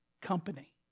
company